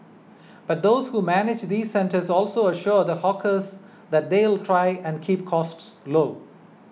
but those who manage these centres also assure the hawkers that they'll try and keep costs low